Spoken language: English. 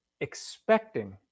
expecting